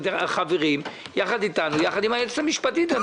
חברי הוועדה והיועצת המשפטית.